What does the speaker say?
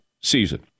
season